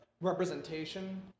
representation